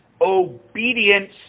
obedience